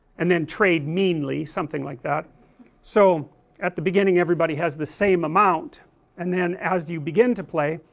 and then trade meanly, something like that so at the beginning everybody has the same amount and then as you begin to play